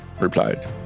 replied